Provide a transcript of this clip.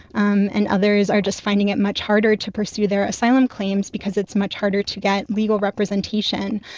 um and others are just finding it much harder to pursue their asylum claims because it's much harder to get legal representation.